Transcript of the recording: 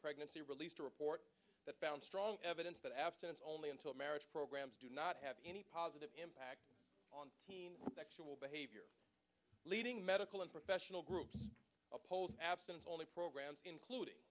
pregnancy released a report that found strong evidence that abstinence only until marriage programs do not have any positive impact on sexual behavior leading medical and professional groups opposed abstinence only programs including